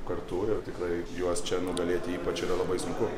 kartu ir tikrai juos čia nugalėti ypač yra labai sunku